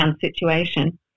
situation